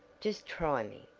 just try me.